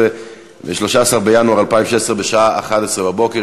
13 בעד, ללא מתנגדים.